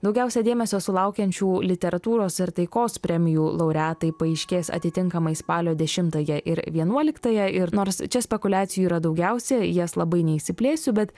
daugiausia dėmesio sulaukiančių literatūros ir taikos premijų laureatai paaiškės atitinkamai spalio dešimtąją ir vienuoliktąją ir nors čia spekuliacijų yra daugiausia į jas labai neišsiplėsiu bet